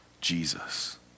Jesus